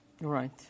Right